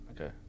Okay